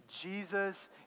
Jesus